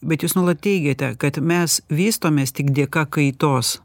bet jūs nuolat teigiate kad mes vystomės tik dėka kaitos